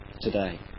today